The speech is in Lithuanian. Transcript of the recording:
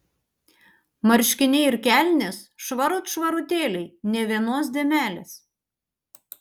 marškiniai ir kelnės švarut švarutėliai nė vienos dėmelės